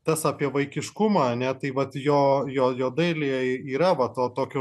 tas apie vaikiškumą ane tai vat jo jo jo dailėje yra va to tokio